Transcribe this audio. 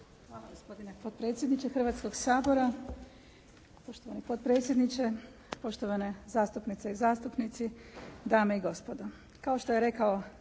Hvala gospodine potpredsjedniče Hrvatskoga sabora, poštovani potpredsjedniče, poštovane zastupnice i zastupnici, dame i gospodo.